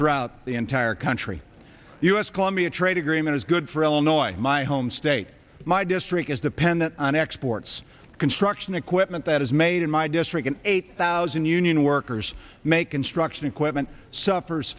throughout the entire country u s colombia trade agreement is good for illinois my home state my district is dependent on exports construction equipment that is made in my district and eight thousand union workers make construction equipment suffers